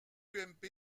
ump